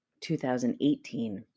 2018